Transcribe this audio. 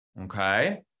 Okay